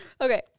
Okay